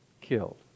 killed